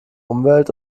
umwelt